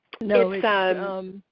No